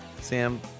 Sam